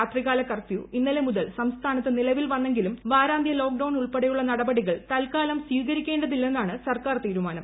രാത്രികാല കർഫ്യൂ ഇന്നലെ മുതൽ സംസ്ഥാനത്ത് നിലവിൽ വന്നെങ്കിലും വാരാന്ത്യ ലോക്ഡൌൺ ഉൾപ്പെടെയുള്ള നടപടികൾ തൽക്കാലം സ്വീകരിക്കേണ്ടതില്ലെന്നാണ് സർക്കാർ തീരുമാനം